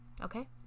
okay